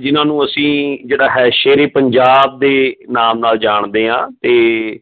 ਜਿੰਨਾਂ ਨੂੰ ਅਸੀਂ ਜਿਹੜਾ ਹੈ ਸ਼ੇਰੇ ਪੰਜਾਬ ਦੇ ਨਾਮ ਨਾਲ ਜਾਣਦੇ ਹਾਂ ਅਤੇ